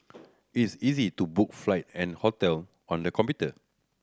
is easy to book flight and hotel on the computer